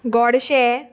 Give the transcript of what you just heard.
गोडशें